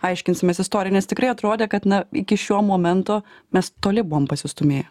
aiškinsimės istoriją nes tikrai atrodė kad na iki šio momento mes toli buvom pasistūmėję